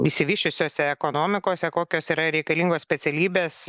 išsivysčiusiose ekonomikose kokios yra reikalingos specialybės